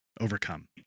overcome